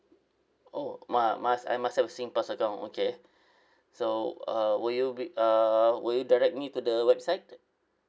oh mu~ must I must have a singpass account okay so uh will you be uh will you direct me to the website